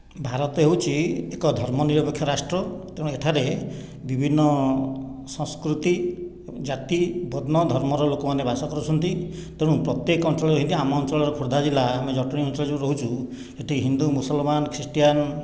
ଭାରତ ହେଉଛି ଏକ ଧର୍ମନିରପେକ୍ଷ ରାଷ୍ଟ୍ର ତେଣୁ ଏଠାରେ ବିଭିନ୍ନ ସଂସ୍କୃତି ଜାତି ବର୍ଣ୍ଣ ଧର୍ମର ଲୋକମାନେ ବାସ କରୁଛନ୍ତି ତେଣୁ ପ୍ରତେକ ଅଞ୍ଚଳ ଯେମିତି ଆମ ଅଞ୍ଚଳର ଖୋର୍ଦ୍ଧା ଜିଲ୍ଲା ଆମେ ଜଟଣୀ ଅଞ୍ଚଳରେ ଯୋଉ ରହୁଛୁ ଏଇଠି ହିନ୍ଦୁ ମୁସଲମାନ ଖ୍ରୀଷ୍ଟିଆନ୍